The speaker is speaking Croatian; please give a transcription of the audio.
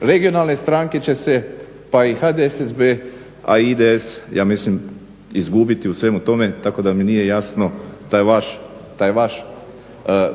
regionalne stranke će se pa i HDSSB a IDS ja mislim izgubiti u svemu tome tako da mi nije jasno taj vaš